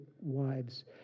wives